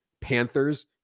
Panthers